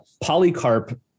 Polycarp